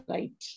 Right